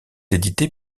édité